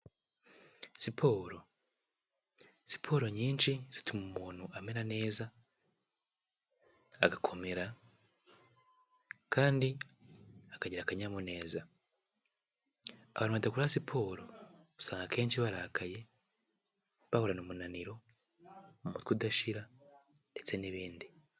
Siporo. Siporo nyinshi zituma umuntu amera neza agakomera kandi akagira akanyamuneza abantu badakora siporo usanga akenshi barakaye bahorana umunaniro umutwe udashira ndetse n'ibindi.